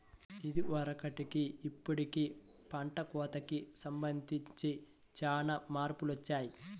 ఇదివరకటికి ఇప్పుడుకి పంట కోతకి సంబంధించి చానా మార్పులొచ్చాయ్